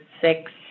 six